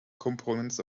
components